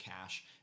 cash